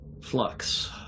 Flux